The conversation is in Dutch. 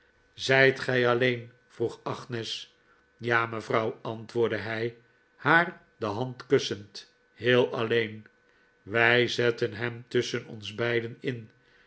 zijt gij alleen vroeg agnes ja mevrouw antwoordde hij haar de hand kussend heel alleen wij zetten hem tusschen ons beiden in